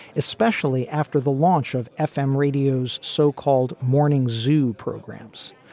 especially after the launch of f m radio's so-called morning zoo programs.